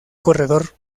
corredor